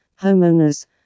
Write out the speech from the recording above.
homeowners